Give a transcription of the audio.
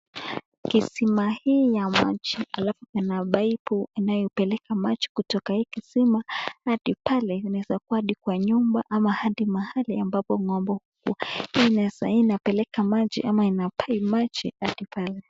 Kisima hiki cha maji alafu kuna paipu inayopeleka maji kutoka hii kisima hadi pale inaeza kuwa hadi kwa nyumba ama ambapo sai inapeleka maji ama ina( pamb) maji hadi pale .